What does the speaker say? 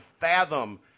fathom